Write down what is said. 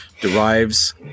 derives